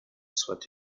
soit